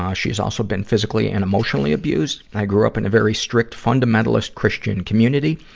um she's also been physically and emotionally abused. i grew up in a very strict, fundamentalist christian community,